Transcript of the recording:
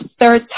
third